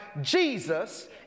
Jesus